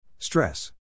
Stress